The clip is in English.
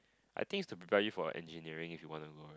I think is to prepare you for Engineering if you want to go